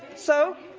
so,